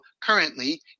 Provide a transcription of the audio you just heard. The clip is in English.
currently